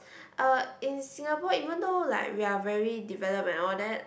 uh in Singapore even though like we are very developed and all that